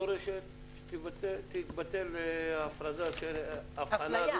דורשת שתתבטל הפרדה --- האפליה.